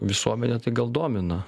visuomenę tai gal domina